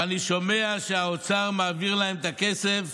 ואני שומע שהאוצר מעביר להם את הכסף.